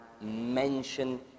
mention